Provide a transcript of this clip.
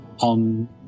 on